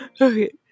Okay